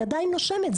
היא עדיין נושמת,